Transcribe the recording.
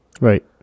Right